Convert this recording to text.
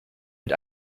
mit